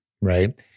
right